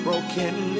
Broken